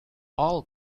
all